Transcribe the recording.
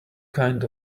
kind